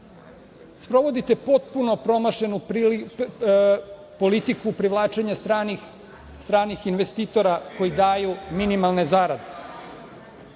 Sprovodite potpuno promašenu politiku privlačenja stranih investitora koji daju minimalne zarade.